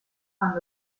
hanno